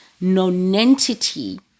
nonentity